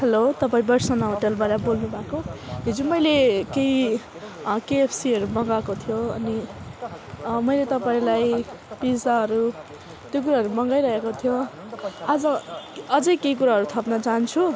hello तपाईँ बर्सना होटेलबाट बोल्नु भएको हिजो मैले केही केएफसीहरू मगाएको थिएँ अनि मैले तपाईँलाई पिज्जाहरू त्यो कुराहरू मगाइराखेको थिएँ आज अझै केही कुराहरू थप्न चाहन्छु